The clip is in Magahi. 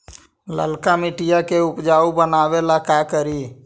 लालका मिट्टियां के उपजाऊ बनावे ला का करी?